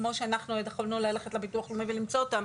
כמו שאנחנו יכולנו ללכת לביטוח לאומי ולמצוא אותם,